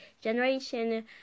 generation